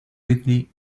ridley